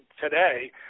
today